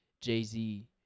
Jay-Z